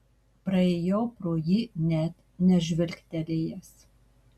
praėjau pro jį net nežvilgtelėjęs